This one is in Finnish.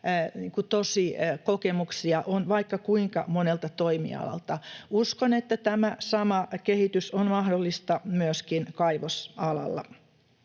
tosikokemuksia on vaikka kuinka monelta toimialalta. Uskon, että tämä sama kehitys on mahdollista myöskin kaivosalalla.